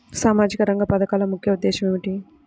సామాజిక రంగ పథకాల ముఖ్య ఉద్దేశం ఏమిటీ?